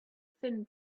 thin